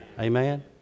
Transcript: Amen